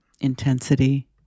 intensity